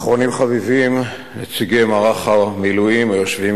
ואחרונים חביבים נציגי מערך המילואים היושבים